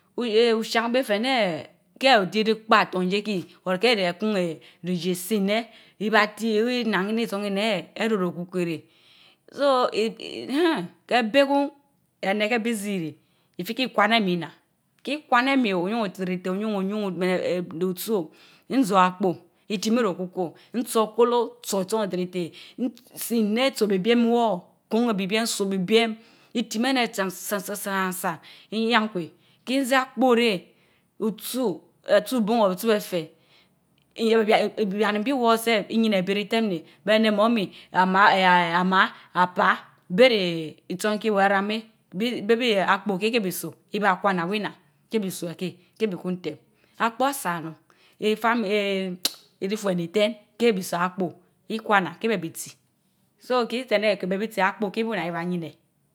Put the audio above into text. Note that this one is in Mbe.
uyen ushan beh feh neh keh ti ri ken tan jeh kii or keh reh kun eeh rijeh seh intie ibambii weh nnana nii son eeneh ereh ro kefuo keh. so ee eenheh, keh behkun, eneh keh bii zii irii, ifiti kwaneh mii nnaa, kei kwana mii o oyun otiriteh oyun o oyun o meneh eeen eeh rotsu o, nzoh akpoo, itiimii okuko ntso okolo, tso itson ritirireh ntsi neh, tso bibiem woor, kun or bibiem, so bibiem itimi eneh tsan san tsn san nyian kweh. kin zii akpoo reh, otsu, etsu bun or etsu efeh eee abian bii woor seg iyineh beh ritem neh beh rún eneh mummy, amaa eeean amaa apaa beh reh itson keh wa ram yeh, bii beh bii eeh akpoo keh, keh beh soh. ibaa kwana weh nnaan keh bii soh ekeh, keh bikun tem. Akpo asa onun ee fam eeeh rifuen iten keh bi soh Akpoo ikwana keh beh bii zii. so ki sii eneh keh beh bii tsi akpoo keh bu nnaa, ibaa yineh